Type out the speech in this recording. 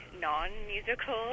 non-musical